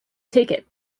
ticket